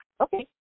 Okay